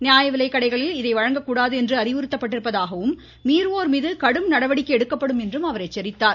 நியாயவிலைக்கடைகளில் இதை வழங்கக்கூடாது என அறிவுறுத்தப்பட்டுள்ளதாகவும் மீறுவோர் மீது கடும் நடவடிக்கை எடுக்கப்படும் எனவும் அவர் எச்சரித்தார்